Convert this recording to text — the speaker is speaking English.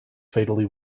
fatally